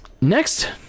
next